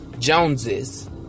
Joneses